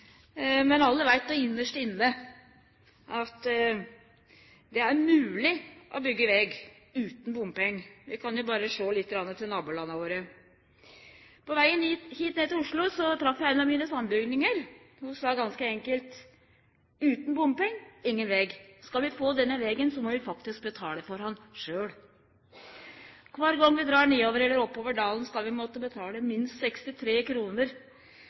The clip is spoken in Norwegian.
Men alle veit innarst inne at det er mogleg å byggje veg utan bompengar, vi kan berre sjå lite grann til nabolanda våre. På veg hit ned til Oslo trefte eg ein av sambygdingane mine. Ho sa ganske enkelt: «Utan bompengar, ingen veg.» Skal vi få denne vegen, må vi faktisk betale for han sjølv. Kvar gong vi dreg nedover eller oppover dalen, skal vi måtte betale minst 63